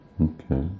Okay